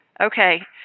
Okay